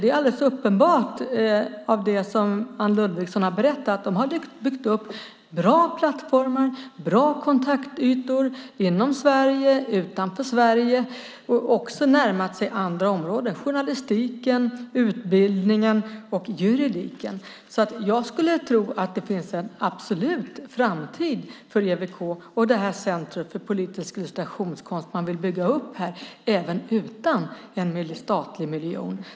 Det är alldeles uppenbart av det som Anne Ludvigsson har berättat att de har byggt upp bra plattformar, bra kontaktytor inom Sverige och utanför Sverige och närmat sig andra områden, journalistik, utbildning och juridik. Jag skulle tro att det finns en absolut framtid för EWK-museet och det här centret för politisk illustrationskonst som man vill bygga upp även utan en statlig miljon.